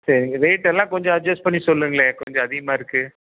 சரிங்க ரேட்டெல்லாம் கொஞ்சம் அட்ஜஸ்ட் பண்ணி சொல்லுங்களேன் கொஞ்சம் அதிகமாக இருக்கு